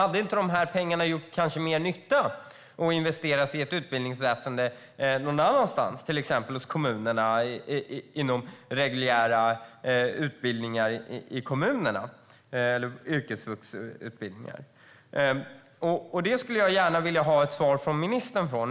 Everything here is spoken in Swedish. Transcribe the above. Hade inte pengarna kanske gjort mer nytta om de hade investerats i ett utbildningsväsen någon annanstans, till exempel inom reguljära utbildningar i kommunerna, till exempel yrkesvuxutbildningar? Det skulle jag gärna vilja ha ett svar från ministern på.